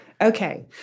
Okay